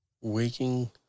Waking